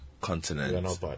continent